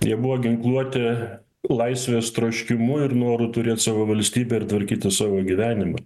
jie buvo ginkluoti laisvės troškimu ir noru turėt savo valstybę ir tvarkyti savo gyvenimą